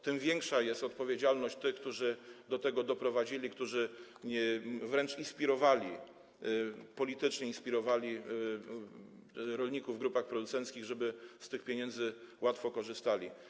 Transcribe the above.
Tym większa jest odpowiedzialność tych, którzy do tego doprowadzili, którzy wręcz inspirowali, politycznie inspirowali rolników w grupach producenckich, żeby z tych pieniędzy łatwo korzystali.